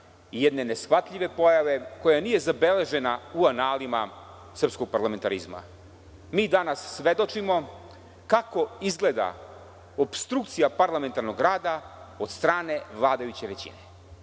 jedne neshvatljive pojave koja nije zabeležena u analima srpskog parlamentarizma. Mi danas svedočimo kako izgleda opstrukcija parlamentarnog rada od strane vladajuće većine.